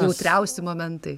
jautriausi momentai